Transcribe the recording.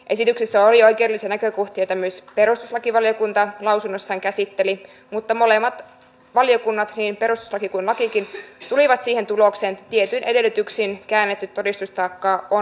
esityksessä oli oikeudellisia näkökohtia joita myös perustuslakivaliokunta lausunnossaan käsitteli mutta molemmat valiokunnat niin perustuslaki kuin lakikin tulivat siihen tulokseen että tietyin edellytyksin käännetty todistustaakka on mahdollinen toteuttaa